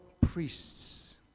priests